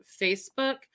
Facebook